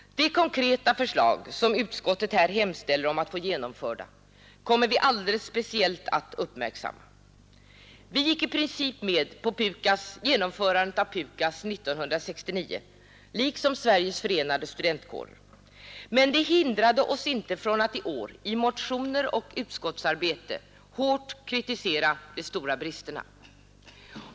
De konkreta förslag som utskottet här hemställer om att få genomförda kommer vi alldeles speciellt att uppmärksamma. Liksom Sveriges förenade studentkårer gick vi i princip med på genomförandet av PUKAS 1969, men det hindrade oss inte från att i år i motioner och utskottsarbete hårt kritisera de stora bristerna.